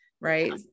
right